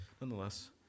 nonetheless